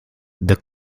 the